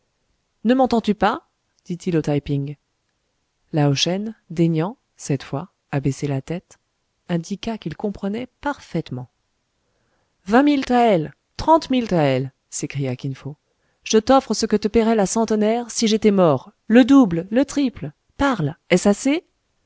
ne m'entends-tu pas dit-il au taï ping lao shen daignant cette fois abaisser la tête indiqua qu'il comprenait parfaitement vingt mille taëls trente mille taëls s'écria kin fo je t'offre ce que te paierait la centenaire si j'étais mort le double le triple parle